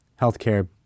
healthcare